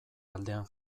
aldean